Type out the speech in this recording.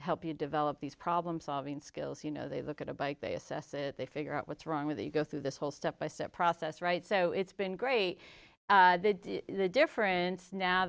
help you develop these problem solving skills you know they look at a bike they assess it they figure out what's wrong with you go through this whole step by step process right so it's been great the difference now